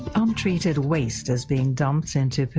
um untreated waste is being dumped into